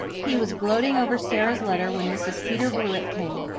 he was gloating over sara's letter when mrs. peter blewett came.